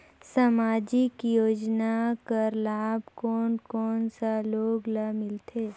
समाजिक योजना कर लाभ कोन कोन सा लोग ला मिलथे?